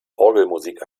orgelmusik